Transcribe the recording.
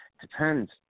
depends